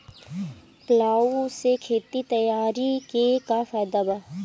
Plough से खेत तैयारी के का फायदा बा?